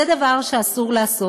זה דבר שאסור לעשות.